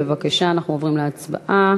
בבקשה, אנחנו עוברים להצבעה.